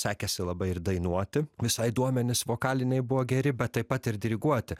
sekėsi labai ir dainuoti visai duomenis vokaliniai buvo geri bet taip pat ir diriguoti